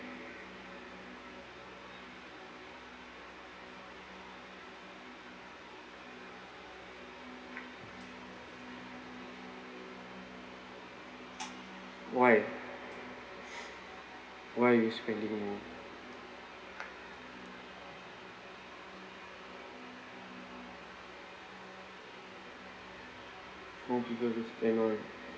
why why you spending more no people to spend on